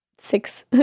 six